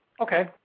Okay